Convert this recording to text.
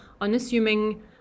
unassuming